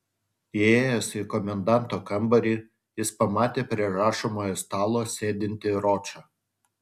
įėjęs į komendanto kambarį jis pamatė prie rašomojo stalo sėdintį ročą